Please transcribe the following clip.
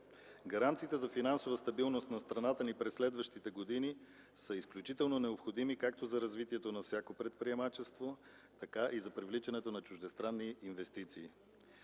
Гаранциите за финансова стабилност на страната ни през следващите години са изключително необходими както за развитието на всякакво предприемачество, така и за привличането на чуждестранни инвестиции.